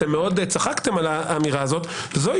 אתם מאוד צחקתם על האמירה הזאת זוהי